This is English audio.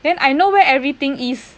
then I know where everything is